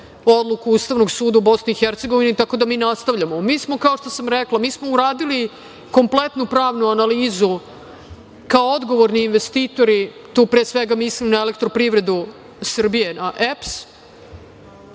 odluku Ustavnog suda u BiH, tako da mi nastavljamo. Kao što sam rekla, mi smo uradili kompletnu pravnu analizu kao odgovorni investitori, tu pre svega mislim na Elektroprivredu Srbije, na EPS,